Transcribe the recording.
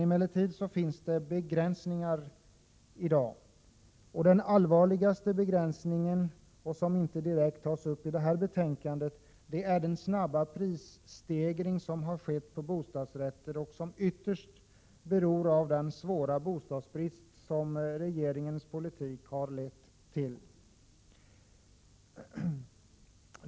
Emellertid finns i dag begränsningar. Den allvarligaste begränsningen, och en som inte direkt tas upp i detta betänkande, är den snabba prisstegring på bostadsrätter som har skett och som ytterst beror på den svåra bostadsbrist som regeringens politik lett till.